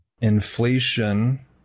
inflation